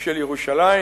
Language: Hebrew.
של ירושלים,